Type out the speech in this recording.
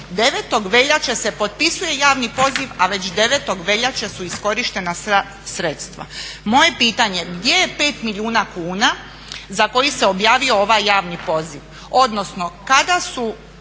9. veljače se potpisuje javni poziv a već 9. veljače su iskorištena sva sredstva. Moje pitanje gdje je 5 milijuna kuna za koje se objavio ovaj javni poziv, odnosno kada su,